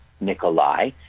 Nikolai